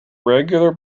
regular